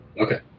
Okay